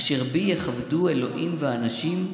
אשר בי יכבדו אלהים ואנשים,